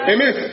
Amen